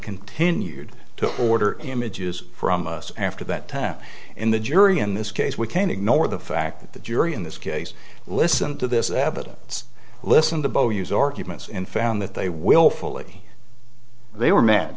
continued to order images from us after that time and the jury in this case we can't ignore the fact that the jury in this case listen to this evidence listened to both use arguments and found that they willfully they were m